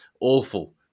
awful